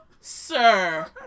sir